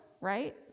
right